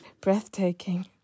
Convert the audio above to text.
breathtaking